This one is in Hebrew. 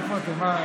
איפה אתם?